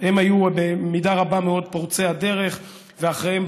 הם היו במידה רבה מאוד פורצי הדרך ואחריהם